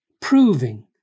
proving